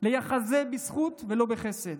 זה בזכות ולא בחסד,